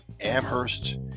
Amherst